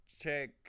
check